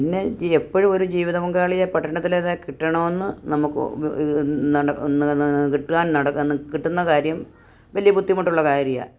പിന്നെ എപ്പോഴും ഒരു ജീവിതപങ്കാളിയെ പട്ടണത്തിലെ തന്നെ കിട്ടണമെന്ന് നമുക്ക് കിട്ടുവാൻ നടക്കുന്ന കിട്ടുന്ന കാര്യം വല്യ ബുദ്ധിമുട്ടുള്ള കാര്യമാ